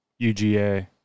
UGA